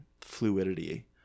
fluidity